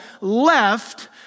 left